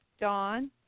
Dawn